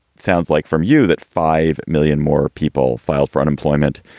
sounds like from you that five million more people filed for unemployment.